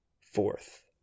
fourth